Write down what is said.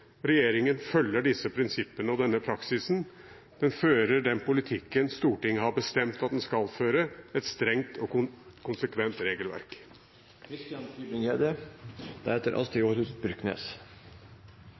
Regjeringen følger disse prinsippene og denne praksisen. Den fører den politikken Stortinget har bestemt at den skal føre – med et strengt og konsekvent